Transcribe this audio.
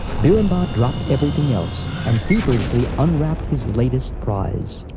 birhambir dropped everything else and feverishly unwrapped his latest prize.